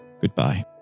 goodbye